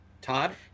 Todd